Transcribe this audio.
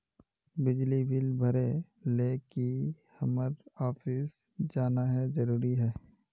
बिजली बिल भरे ले की हम्मर ऑफिस जाना है जरूरी है?